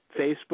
Facebook